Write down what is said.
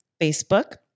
facebook